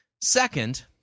Second